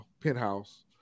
penthouse